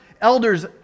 Elders